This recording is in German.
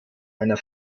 einer